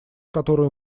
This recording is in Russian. которую